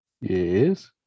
Yes